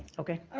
okay.